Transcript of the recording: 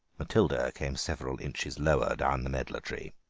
matilda came several inches lower down the medlar tree.